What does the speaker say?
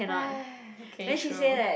okay true